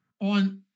on